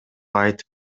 айтып